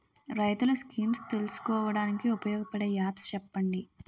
రైతులు స్కీమ్స్ తెలుసుకోవడానికి ఉపయోగపడే యాప్స్ చెప్పండి?